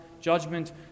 judgment